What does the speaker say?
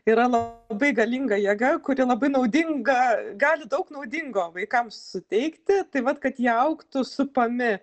yra labai galinga jėga kuri labai naudinga gali daug naudingo vaikams suteikti tai vat kad jie augtų supami